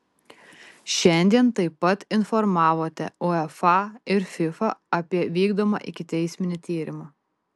šiandien taip pat informavote uefa ir fifa apie vykdomą ikiteisminį tyrimą